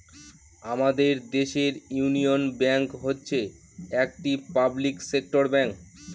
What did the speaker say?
আমাদের দেশের Union Bank হচ্ছে একটি পাবলিক সেক্টর ব্যাঙ্ক